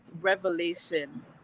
revelation